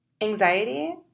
Anxiety